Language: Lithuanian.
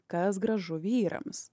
kas gražu vyrams